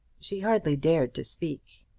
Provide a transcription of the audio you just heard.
she hardly dared to speak,